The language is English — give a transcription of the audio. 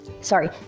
Sorry